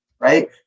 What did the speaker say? Right